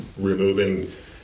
removing